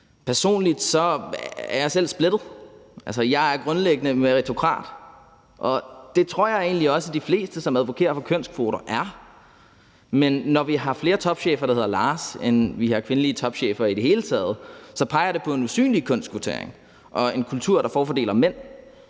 Personligt er jeg splittet. Jeg er grundlæggende meritokrat, og det tror egentlig også at de fleste, som advokerer for kønskvoter, er. Men når vi har flere topchefer, der hedder Lars, end vi har kvindelige topchefer i det hele taget, peger det på en usynlig kønskvotering og en kultur, der favoriserer mænd.